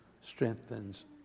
strengthens